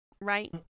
right